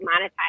monetize